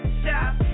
stop